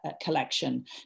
collection